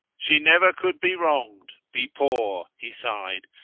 she never could be wronged, be poor, he sighed,